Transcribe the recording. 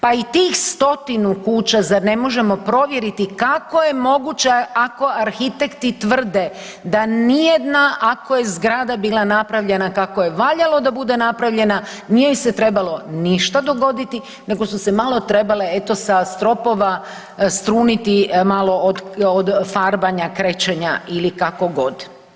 Pa i tih stotinu kuća, zar ne možemo provjeriti kako je moguća ako arhitekti tvrde da nijedna ako zgrada bila napravljena kako je valjalo da bude napravljena, nije joj se trebalo ništa dogoditi, nego su se malo trebale eto sa stropova struniti malo od farbanja, krečenja ili kako god.